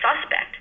suspect